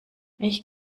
ich